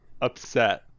upset